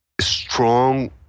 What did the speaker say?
strong